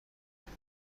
خفگی